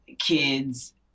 kids